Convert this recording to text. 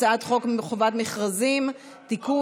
הצעת חוק חובת המכרזים (תיקון,